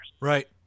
Right